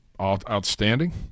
outstanding